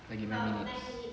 lagi berapa minit